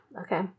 Okay